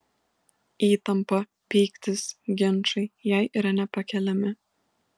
įtampa pyktis ginčai jai yra nepakeliami